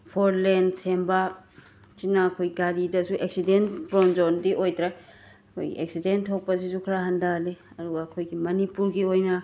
four lane ꯁꯦꯝꯕ ꯑꯁꯤꯅ ꯑꯩꯈꯣꯏ ꯒꯥꯔꯤꯗꯁꯨ ꯑꯦꯛꯁꯤꯗꯦꯟ ꯄ꯭ꯔꯣꯟ ꯖꯣꯟꯗꯤ ꯑꯣꯏꯗ꯭ꯔꯦ ꯑꯩꯈꯣꯏꯒꯤ ꯑꯦꯛꯁꯤꯗꯦꯟ ꯊꯣꯛꯄꯁꯤꯁꯨ ꯈꯔ ꯍꯟꯊꯍꯜꯂꯤ ꯑꯗꯨꯒ ꯑꯩꯈꯣꯏꯒꯤ ꯃꯅꯤꯄꯨꯔꯒꯤ ꯑꯣꯏꯅ